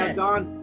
dawn?